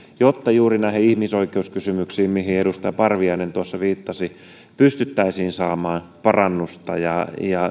jotta juuri näihin ihmisoikeuskysymyksiin joihin edustaja parviainen tuossa viittasi pystyttäisiin saamaan parannusta ja